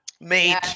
mate